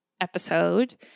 episode